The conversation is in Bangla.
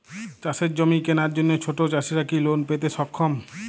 চাষের জমি কেনার জন্য ছোট চাষীরা কি লোন পেতে সক্ষম?